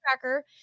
cracker